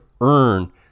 earn